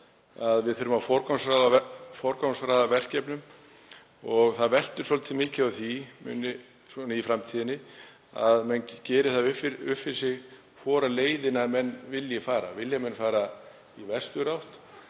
við þurfum að forgangsraða verkefnum og það veltur svolítið mikið á því í framtíðinni að menn geri það upp við sig hvora leiðina menn vilji fara. Vilja menn fara í vesturátt